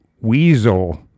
weasel